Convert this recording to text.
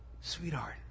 sweetheart